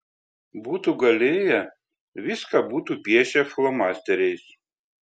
būtų galėję viską būtų piešę flomasteriais